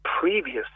previous